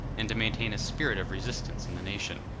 and to maintain a spirit of resistance in the nation.